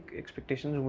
expectations